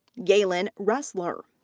galen ressler.